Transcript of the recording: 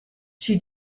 she